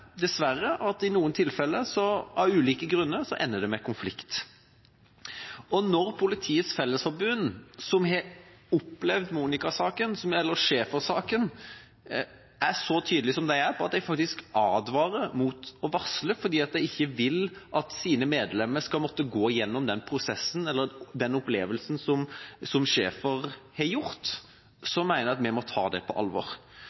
dessverre, at i noen tilfeller ender det av ulike grunner med konflikt. Og når Politiets Fellesforbund, som har opplevd Monika-saken – eller Schaefer-saken – er så tydelige som de er, at de faktisk advarer mot å varsle fordi de ikke vil at deres medlemmer skal måtte gå gjennom den prosessen eller få den opplevelsen som Schaefer har gjort, mener jeg at vi må ta det på alvor.